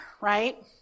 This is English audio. right